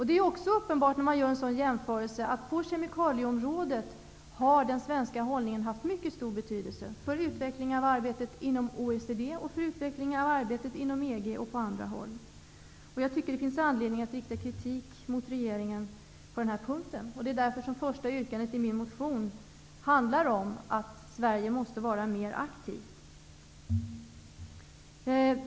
Det är också uppenbart, när man gör en sådan jämförelse, att den svenska hållningen på kemikalieområdet har haft mycket stor betydelse för utvecklingen av arbetet inom OECD, för utvecklingen av arbetet inom EG och på andra håll. Jag tycker det finns anledning att rikta kritik mot regeringen på den här punkten. Det är därför som första yrkandet i min motion handlar om att Sverige måste vara mer aktivt.